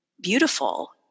beautiful